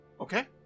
okay